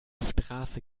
straße